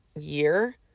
year